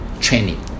training